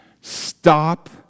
Stop